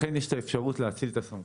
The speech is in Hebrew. לכן יש את האפשרות להאציל את הסמכות.